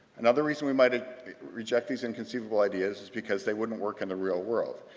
another reason we might ah reject these inconceivable ideas is because they wouldn't work in the real world.